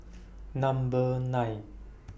Number nine